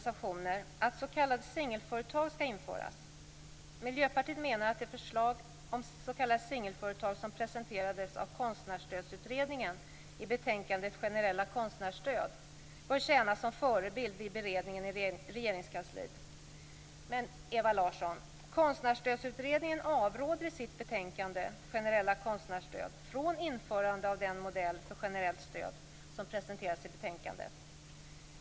singelföretag skall införas. Miljöpartiet menar att det förslag om s.k. singelföretag som presenterades av Konstnärsstödsutredningen i betänkandet Generella konstnärsstöd bör tjäna som förebild vid beredningen i Regeringskansliet. Men, Ewa Larsson, Konstnärsstödsutredningen avråder i sitt betänkande Generella konstnärsstöd från införande av den modell för generellt stöd som presenterades i betänkandet.